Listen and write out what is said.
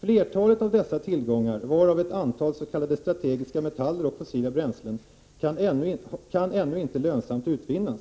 Flertalet av dessa tillgångar, varav ett antal s.k. strategiska metaller och fossila bränslen, kan ännu inte lönsamt utvinnas.